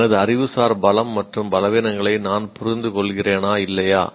எனது அறிவுசார் பலம் மற்றும் பலவீனங்களை நான் புரிந்து கொள்கிறேனா இல்லையா